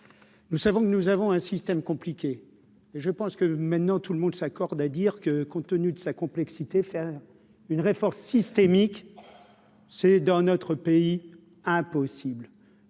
Nous savons que nous avons un système compliqué et je pense que maintenant tout le monde s'accorde à dire que, compte tenu de sa complexité, faire une réforme systémique, c'est dans notre pays impossible